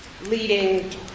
leading